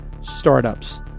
startups